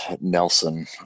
nelson